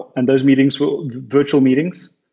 and those meetings were virtual meetings.